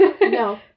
No